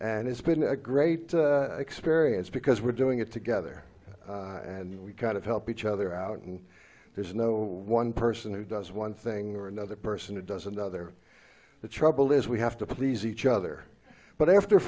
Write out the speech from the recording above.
and it's been a great experience because we're doing it together and we kind of help each other out and there's no one person who does one thing or another person who does another the trouble is we have to please each other but after